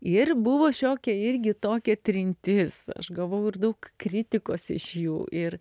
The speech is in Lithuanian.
ir buvo šiokia irgi tokia trintis aš gavau ir daug kritikos iš jų ir